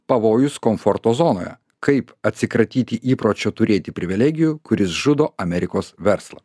pavojus komforto zonoje kaip atsikratyti įpročio turėti privilegijų kuris žudo amerikos verslą